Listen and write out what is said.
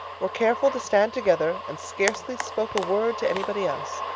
were careful to stand together and scarcely spoke a word to any body else.